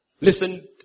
Listen